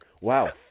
Wow